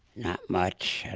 not much,